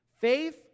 faith